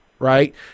Right